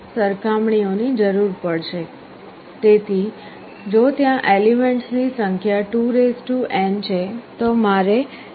તેથી જો ત્યાં એલીમેન્ટ્સ ની સંખ્યા 2n છે તો મારે log2 2n n ની જરૂર પડશે